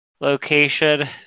location